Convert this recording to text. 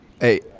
Hey